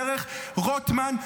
דרך רוטמן,